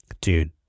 dude